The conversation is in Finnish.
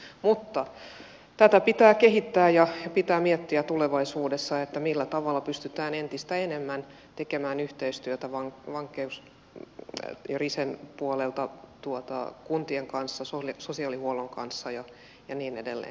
mutta tätä pitää kehittää ja pitää miettiä tulevaisuudessa millä tavalla pystytään entistä enemmän tekemään yhteistyötä risen puolelta kuntien kanssa sosiaalihuollon kanssa ja niin edelleen